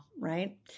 right